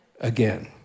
again